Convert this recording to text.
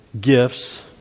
gifts